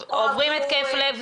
אלה נתונים שחסרים לכל הארגונים כמעט,